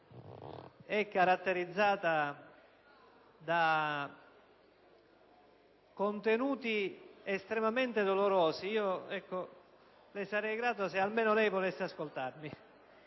caratterizzata da contenuti estremamente dolorosi, le sarei grato se almeno lei volesse ascoltarmi.